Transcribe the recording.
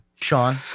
Sean